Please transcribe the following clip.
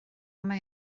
mae